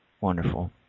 Wonderful